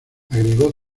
agregó